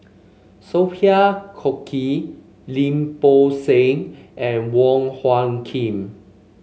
Sophia Cooke Lim Bo Seng and Wong Hung Khim